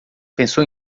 pensou